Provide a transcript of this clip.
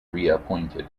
reappointed